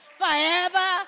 forever